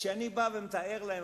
כשאני בא ומתאר להם,